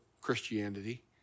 Christianity